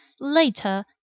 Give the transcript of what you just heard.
Later